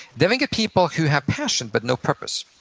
then we get people who have passion but no purpose.